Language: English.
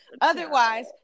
Otherwise